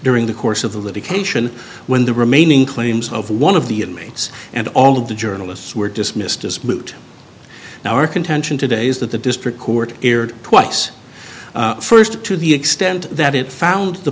during the course of the litigation when the remaining claims of one of the inmates and all of the journalists were dismissed as moot now our contention today is that the district court erred twice first to the extent that it found the